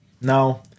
Now